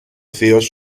θείος